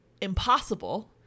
impossible